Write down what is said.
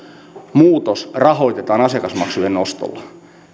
muutos rahoitetaan asiakasmaksujen nostolla